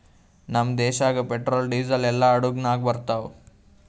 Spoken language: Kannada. ನಮ್ದು ದೇಶಾಗ್ ಪೆಟ್ರೋಲ್, ಡೀಸೆಲ್ ಎಲ್ಲಾ ಹಡುಗ್ ನಾಗೆ ಬರ್ತಾವ್